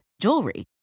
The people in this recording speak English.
jewelry